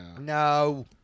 no